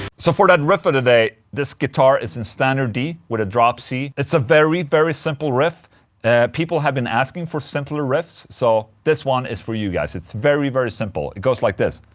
so for that riff of the day this guitar is in standard d with a drop c it's a very very simple riff people have been asking for simpler riffs. so this one is for you guys. it's very very simple. it goes like this.